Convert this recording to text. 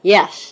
Yes